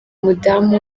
mudamu